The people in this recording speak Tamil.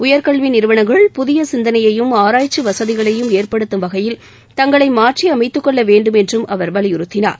உயர்கல்வி நிறுவனங்கள் புதிய சிந்தனையயும் ஆராய்ச்சி வசதிகளையும் ஏற்படுத்தும் வகையில் தங்களை மாற்றி அமைத்துக்கொள்ள வேண்டும் என்றும் அவர் வலியுறுத்தினார்